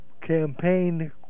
campaign